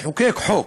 לחוקק חוק,